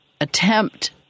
attempt